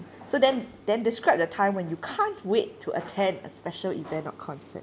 so then then describe the time when you can't wait to attend a special event or concert